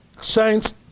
Saints